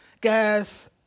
Guys